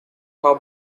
her